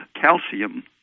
calcium